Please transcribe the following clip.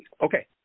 Okay